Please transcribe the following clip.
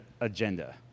agenda